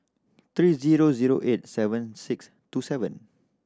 three zero zero eight seven six two seven